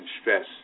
stress